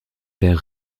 pères